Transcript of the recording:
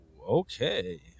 okay